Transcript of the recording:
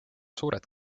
suured